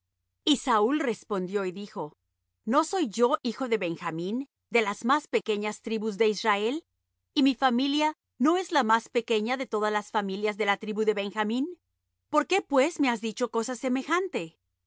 y saúl respondió y dijo no soy yo hijo de benjamín de las más pequeñas tribus de israel y mi familia no es la más pequeña de todas las familias de la tribu de benjamín por qué pues me has dicho cosa semejante